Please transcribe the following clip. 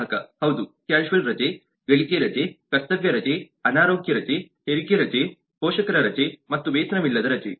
ಗ್ರಾಹಕ ಹೌದು ಕ್ಯಾಶುವಲ್ ರಜೆ ಗಳಿಕೆ ರಜೆ ಕರ್ತವ್ಯ ರಜೆ ಅನಾರೋಗ್ಯ ರಜೆ ಹೆರಿಗೆ ರಜೆ ಪೋಷಕರ ರಜೆ ಮತ್ತು ವೇತನವಿಲ್ಲದ ರಜೆ